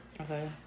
okay